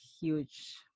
huge